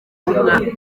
w’umwami